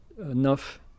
enough